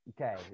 Okay